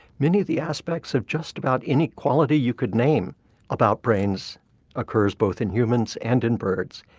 many of the aspects of just about any quality you could name about brains occurs both in humans and in birds.